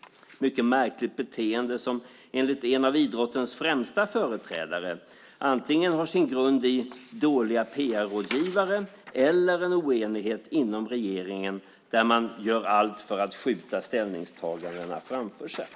Det är ett mycket märkligt beteende som enligt en av idrottens främsta företrädare antingen har sin grund i dåliga PR-rådgivare eller en oenighet inom regeringen där man gör allt för att skjuta ställningstagandena framför sig.